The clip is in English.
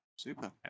Super